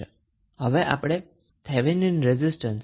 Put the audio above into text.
હવે આપણે 𝑅𝑇ℎ શોધવો પડશે જે થેવેનિન રેઝિસ્ટન્સ છે